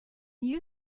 you